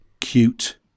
Cute